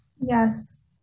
Yes